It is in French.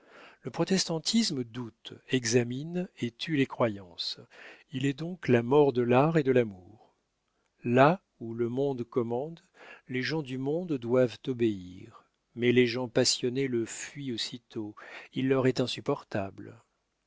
le protestantisme doute examine et tue les croyances il est donc la mort de l'art et de l'amour là où le monde commande les gens du monde doivent obéir mais les gens passionnés le fuient aussitôt il leur est insupportable